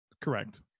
Correct